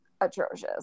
atrocious